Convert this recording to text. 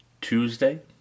Tuesday